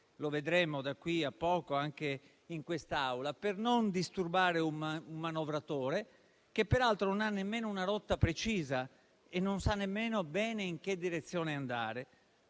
come vedremo da qui a poco, anche in quest'Aula, per non disturbare un manovratore che, peraltro, non ha nemmeno una rotta precisa e non sa nemmeno bene in quale direzione andare.